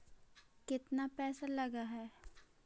केतना पैसा लगय है?